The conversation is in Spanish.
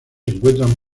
encuentran